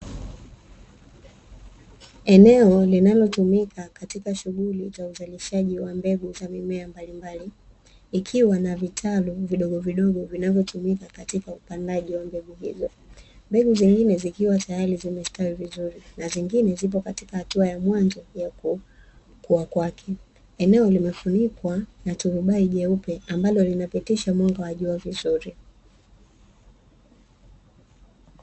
Eneo linalotumika katika shughuli ya uzalishiji za mbegu za mimea mbalimbali ikiwa na vitaru vidogo vidogo vinavyotiumika katika upandwaji wa mbegu hizo. Mbegu zingi zikiwa tayari zimestawi vizuri na nyingine zipo katika hatua ya mwanzo ya kukua kwake, eneo limefunikwa kwa turubai jeupe ambalo linapitisha mwanga wa jua vizuri.